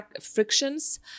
frictions